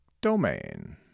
domain